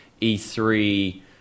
E3